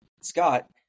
Scott